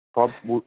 সব বু